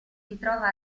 ritrova